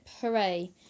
hooray